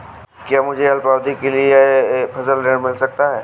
क्या मुझे अल्पावधि के लिए फसल ऋण मिल सकता है?